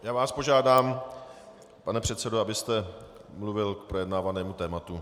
Já vás požádám, pane předsedo, abyste mluvil k projednávanému tématu.